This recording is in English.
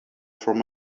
from